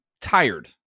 tired